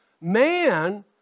Man